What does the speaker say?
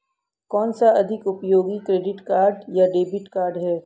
कौनसा अधिक उपयोगी क्रेडिट कार्ड या डेबिट कार्ड है?